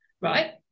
right